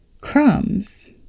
crumbs